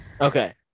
okay